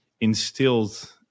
instilled